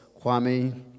Kwame